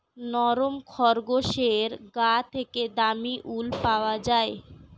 নরম খরগোশের গা থেকে দামী উল পাওয়া যায়